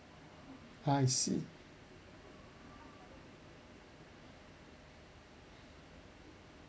ah I see